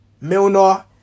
Milner